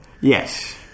yes